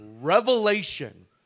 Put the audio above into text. revelation